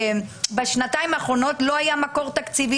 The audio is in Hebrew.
בשנתיים האחרונות לא היה מקור תקציבי